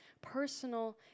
personal